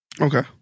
Okay